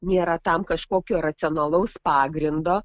nėra tam kažkokio racionalaus pagrindo